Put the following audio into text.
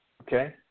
Okay